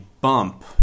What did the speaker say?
bump